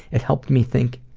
it helped me think,